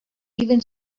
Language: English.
even